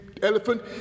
Elephant